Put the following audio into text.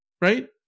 right